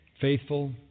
faithful